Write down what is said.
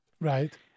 right